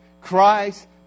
Christ